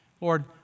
Lord